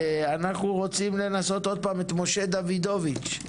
אנחנו רוצים לנסות עוד פעם את משה דוידוביץ,